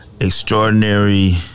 Extraordinary